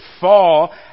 fall